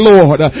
Lord